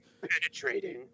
penetrating